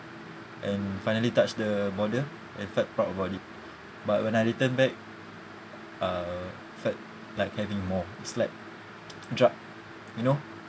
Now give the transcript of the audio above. and finally touched the border I felt proud about it but when I return back uh felt like having more is like drug you know